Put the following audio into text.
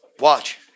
Watch